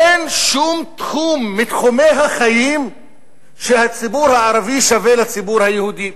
אין שום תחום מתחומי החיים שהציבור הערבי שווה בו לציבור היהודי.